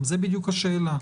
זאת בדיוק השאלה,